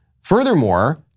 Furthermore